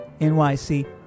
NYC